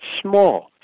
small